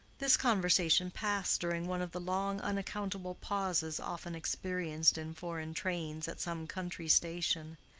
this conversation passed during one of the long unaccountable pauses often experienced in foreign trains at some country station.